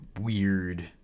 weird